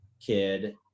kid